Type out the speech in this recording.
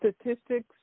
statistics